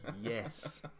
Yes